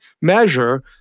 measure